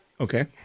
Okay